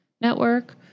Network